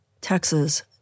Texas